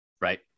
Right